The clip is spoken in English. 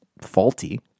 faulty